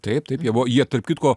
taip taip jie buvo jie tarp kitko